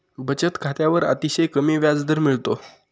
बचत खात्यावर अतिशय कमी व्याजदर मिळतो